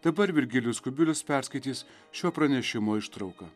dabar virgilijus kubilius perskaitys šio pranešimo ištrauką